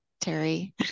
Terry